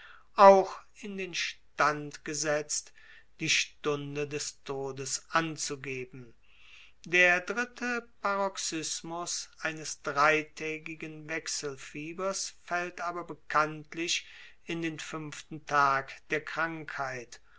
auch in den stand gesetzt die stunde des todes anzugeben der dritte paroxysm eines dreitägigen wechselfiebers fällt aber bekanntlich in den fünften tag der krankheit